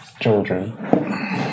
children